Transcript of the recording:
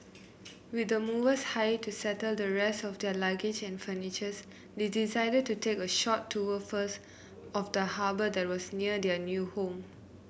with the movers hired to settle the rest of their luggage and furniture's they decided to take a short tour first of the harbour that was near their new home